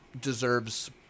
deserves